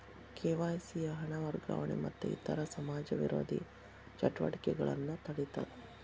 KYC ಹಣ ವರ್ಗಾವಣೆ ಮತ್ತ ಇತರ ಸಮಾಜ ವಿರೋಧಿ ಚಟುವಟಿಕೆಗಳನ್ನ ತಡೇತದ